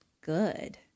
good